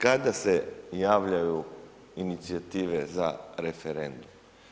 Kada se javljaju inicijative za referendum?